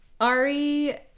Ari